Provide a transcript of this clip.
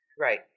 Right